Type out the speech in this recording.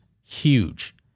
huge